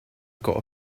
gotta